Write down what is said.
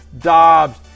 Dobbs